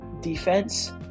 defense